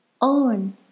on